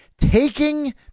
taking